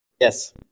Yes